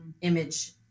image